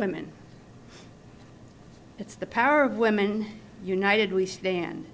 women it's the power of women united we stand